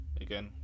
Again